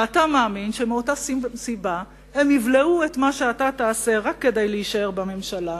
ואתה מאמין שמאותה סיבה הם יבלעו את מה שאתה תעשה רק כדי להישאר בממשלה,